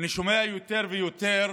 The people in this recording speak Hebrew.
אני שומע יותר ויותר